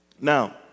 Now